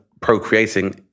procreating